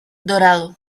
dorado